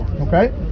Okay